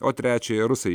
o trečiąją rusai